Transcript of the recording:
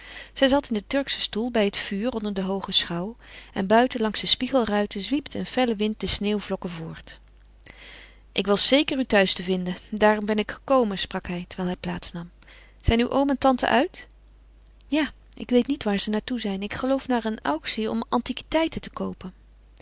zij zat in den turkschen stoel bij het vuur onder den hoogen schouw en buiten langs de spiegelruiten zwiepte een felle wind de sneeuwvlokken voort ik was zeker u thuis te vinden daarom ben ik gekomen sprak hij terwijl hij plaats nam zijn uw oom en tante uit ja ik weet niet waar ze naar toe zijn ik geloof naar een auctie om antiquiteiten te koopen